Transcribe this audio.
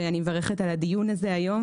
ואני מברכת על הדיון הזה היום,